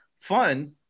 fun